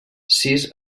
sis